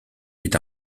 est